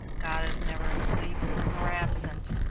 god is never asleep, nor absent.